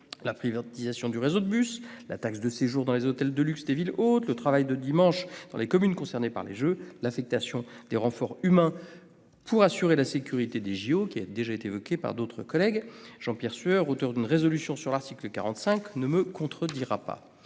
la privatisation du réseau de bus, la taxe de séjour dans les hôtels de luxe des villes hôtes, le travail le dimanche dans les communes concernées par les Jeux ou l'affectation de renforts humains pour assurer la sécurité des jeux Olympiques, qui a déjà été évoquée par plusieurs de nos collègues- Jean-Pierre Sueur, auteur d'une proposition de résolution sur l'article 45 de la Constitution,